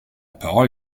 parole